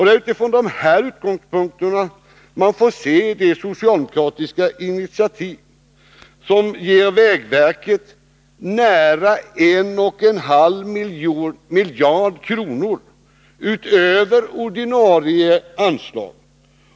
Det är utifrån de här utgångspunkterna man får se det socialdemokratiska initiativ som ger vägverket nära 1,5 miljarder kronor utöver ordinarie anslag.